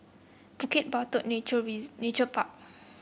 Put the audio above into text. Bukit Batok Nature Park